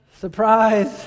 surprise